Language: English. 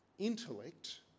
intellect